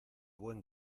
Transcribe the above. buen